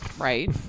Right